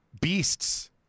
beasts